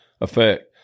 effect